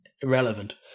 irrelevant